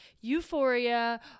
Euphoria